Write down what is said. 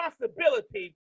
responsibility